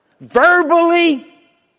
Verbally